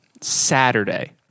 saturday